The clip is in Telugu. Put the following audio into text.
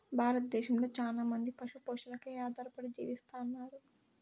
భారతదేశంలో చానా మంది పశు పోషణపై ఆధారపడి జీవిస్తన్నారు